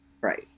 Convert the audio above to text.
Right